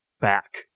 back